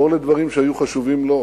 לא לדברים שהיו חשובים לו,